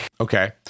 Okay